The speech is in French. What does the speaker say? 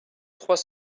trois